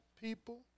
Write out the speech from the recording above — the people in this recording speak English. people